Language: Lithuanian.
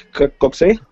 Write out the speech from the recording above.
kad koksai